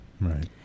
Right